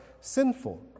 sinful